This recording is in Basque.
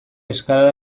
eskalada